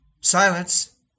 Silence